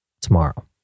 tomorrow